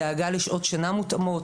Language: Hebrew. דאגה לשעות שינה מותאמות,